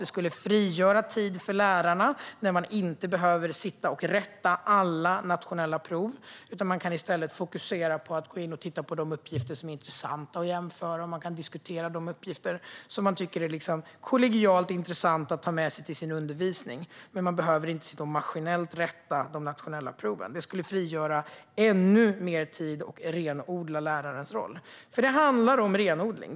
Det skulle även frigöra tid för lärarna när de inte behöver rätta alla nationella prov utan i stället kan fokusera på att gå in och titta på de uppgifter som är intressanta att jämföra, diskutera och ta med sig till sin undervisning. Att inte behöva sitta och maskinellt rätta de nationella provens skulle frigöra ännu mer tid och renodla lärarens roll. Det handlar om renodling.